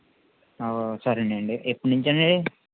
సరేనండి ఎప్పట్నుంచి అండి అది